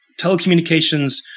telecommunications